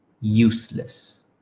useless